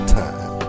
time